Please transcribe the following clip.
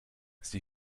sie